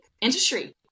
industry